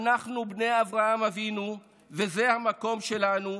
אנחנו בני אברהם אבינו, וזה המקום שלנו,